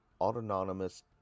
autonomous